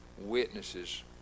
witnesses